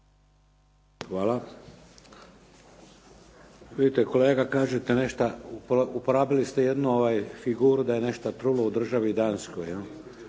Hvala. Vidite kolega, kažete nešto, uporabili ste jednu figuru "da je nešto trulo u Državi Danskoj".